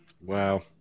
Wow